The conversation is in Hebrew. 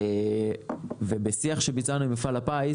מפעל הפיס